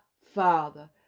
Father